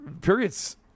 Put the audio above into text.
periods